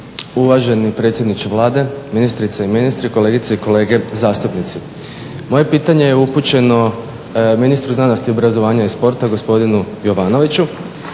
Uvaženi predsjedniče Vlade, ministrice i ministri, kolegice i kolege zastupnici. Moje pitanje je upućeno ministru znanosti, obrazovanja i sporta gospodinu Jovanoviću.